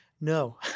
No